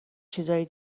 چیزای